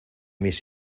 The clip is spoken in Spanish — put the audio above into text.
mis